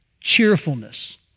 cheerfulness